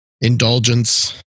indulgence